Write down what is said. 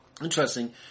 Interesting